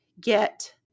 get